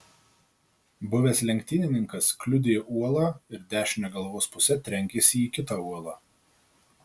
buvęs lenktynininkas kliudė uolą ir dešine galvos puse trenkėsi į kitą uolą